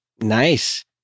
Nice